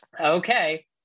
Okay